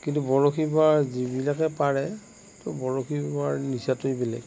কিন্ত বৰশী বোৱাৰ যিবিলাকে পাৰে ত' বৰশী বোৱাৰ নিচাটোৱে বেলেগ